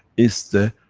it's the,